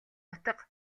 утга